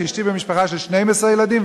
ואשתי ממשפחה של 12 ילדים,